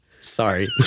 Sorry